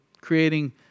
creating